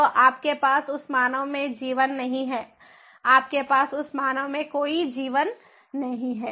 तो आपके पास उस मानव में जीवन नहीं है आपके पास उस मानव में कोई जीवन नहीं है